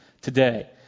today